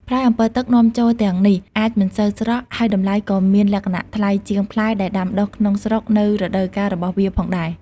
ផ្លែអម្ពិលទឹកនាំចូលទាំងនេះអាចមិនសូវស្រស់ ហើយតម្លៃក៏មានលក្ខណៈថ្លៃជាងផ្លែដែលដាំដុះក្នុងស្រុកនៅរដូវកាលរបស់វាផងដែរ។